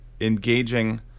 engaging